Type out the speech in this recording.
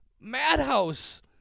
madhouse